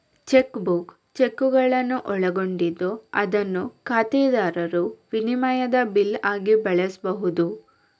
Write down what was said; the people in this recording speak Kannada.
ಚೆಕ್ ಬುಕ್ ಚೆಕ್ಕುಗಳನ್ನು ಒಳಗೊಂಡಿದ್ದು ಅದನ್ನು ಖಾತೆದಾರರು ವಿನಿಮಯದ ಬಿಲ್ ಆಗಿ ಬಳಸ್ಬಹುದು